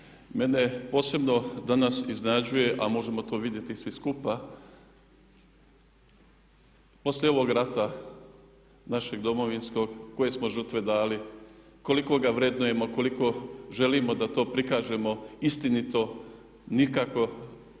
Mene posebno danas iznenađuje, a možemo to vidjeti svi skupa, poslije ovog rata našeg Domovinskog koje smo žrtve dali, koliko ga vrednujemo, koliko želimo da to prikažemo istinito nikako